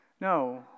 No